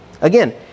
Again